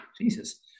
Jesus